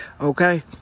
Okay